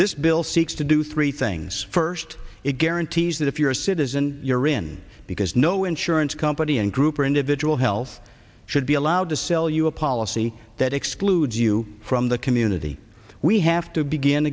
this bill seeks to do three things first it guarantees that if you're a citizen you're in because no insurance company and group or individual health should be allowed to sell you a policy that excludes you from the community we have to begin